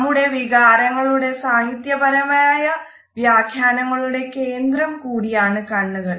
നമ്മുടെ വികാരങ്ങളുടെ സാഹിത്യപരമായ വ്യാഖ്യാനങ്ങളുടെ കേന്ദ്രം കൂടിയാണ് കണ്ണുകൾ